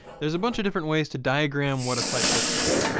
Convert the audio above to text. there's a bunch of different ways to diagram what a site looks like.